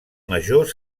major